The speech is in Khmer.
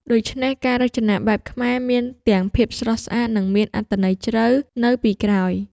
ដូច្នេះការរចនាបែបខ្មែរមានទាំងភាពស្រស់ស្អាត និងមានអត្ថន័យជ្រៅនៅពីក្រោយ។